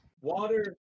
water